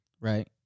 Right